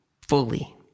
fully